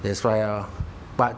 that's why lor but